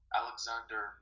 alexander